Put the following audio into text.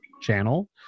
channel